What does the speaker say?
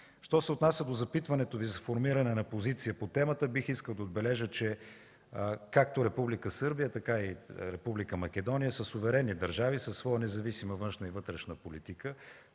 Що се отнася до запитването Ви за сформиране на позиция по темата, бих искал да отбележа, че както Република Сърбия, така и Република Македония са суверенни държави със своя независима външна и вътрешна политика.